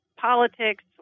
politics